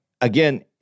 again